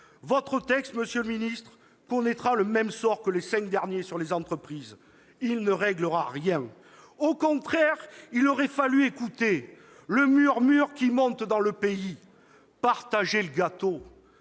Votre texte, monsieur le ministre, connaîtra le même sort que les cinq derniers qui étaient relatifs aux entreprises : il ne résoudra rien ! Au contraire, il aurait fallu écouter le murmure qui monte dans le pays :« Partagez le gâteau